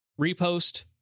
repost